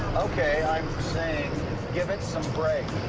okay. i'm saying give it some brake.